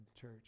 church